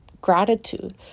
gratitude